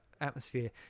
atmosphere